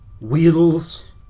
Wheels